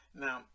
now